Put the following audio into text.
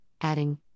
adding